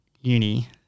uni